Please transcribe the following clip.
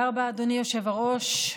אדוני היושב-ראש,